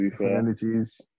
energies